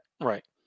Right